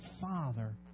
Father